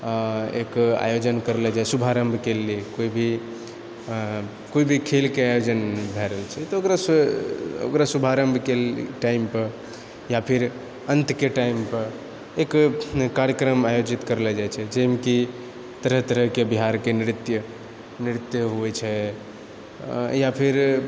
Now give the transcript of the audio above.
एक आयोजन करले जाए शुभारम्भके लिअऽ केओ भी केओ भी खेलके आयोजन भए रहल छै तऽ ओकरासँ ओकरा सुभारम्भके टाइम पर या फिर अन्तके टाइम पर एक कार्यक्रम आयोजित करलो जाइत छै जाहिमे कि तरह तरहकेँ बिहारके नृत्य नृत्य होइ छै या फिर